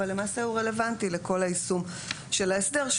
אבל למעשה הוא רלוונטי לכל היישום של ההסדר.